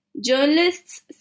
journalists